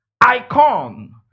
icon